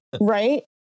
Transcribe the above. Right